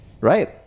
right